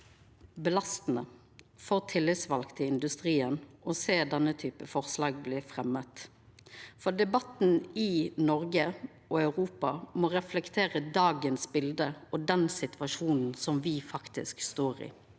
belastande for tillitsvalde i industrien å sjå at denne typen forslag blir fremja, for debatten i Noreg og Europa må reflektera dagens bilde og den situasjonen me faktisk står i.